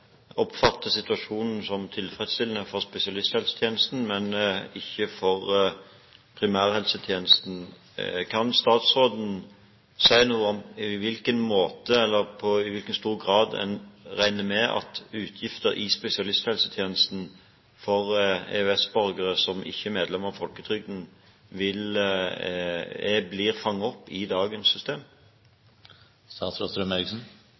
si noe om på hvilken måte eller i hvor stor grad en regner med at utgifter i spesialisthelsetjenesten for EØS-borgere som ikke er medlem av folketrygden, blir fanget opp i dagens system?